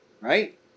right